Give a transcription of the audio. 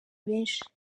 benshi